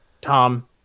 Tom